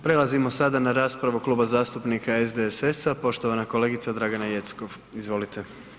Prelazimo sada na raspravu Kluba zastupnika SDSS-a, poštovana kolegica Dragana Jeckov, izvolite.